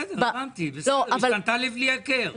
בסדר, הבנתי, השתנתה לבלי הכר.